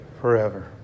forever